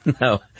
No